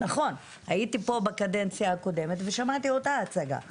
אני הייתי פה גם בקדנציה הקודמת ושמעתי את אותה הצגה ,